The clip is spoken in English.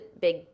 big